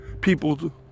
people